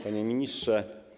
Panie Ministrze!